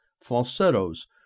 Falsettos